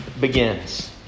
begins